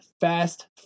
fast